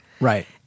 Right